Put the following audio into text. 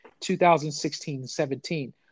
2016-17